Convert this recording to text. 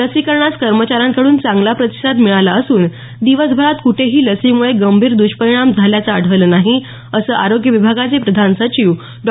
लसीकरणास कर्मचाऱ्यांकडून चांगला प्रतिसाद मिळाला असून दिवसभरात कुठेही लसीमुळे गंभीर दुष्परिणाम झाल्याचं आढळलं नाही असं आरोग्य विभागाचे प्रधान सचिव डॉ